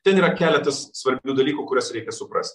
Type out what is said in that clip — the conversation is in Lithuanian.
ten yra keletas svarbių dalykų kuriuos reikia suprast